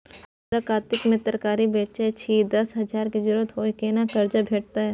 हम सरक कातिक में तरकारी बेचै छी, दस हजार के जरूरत हय केना कर्जा भेटतै?